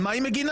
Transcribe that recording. על מה היא מגנה?